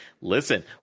listen